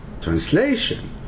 translation